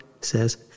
says